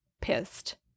pissed